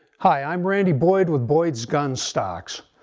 hi i'm randy boyd with boyds gunstocks.